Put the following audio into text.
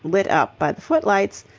lit up by the footlights,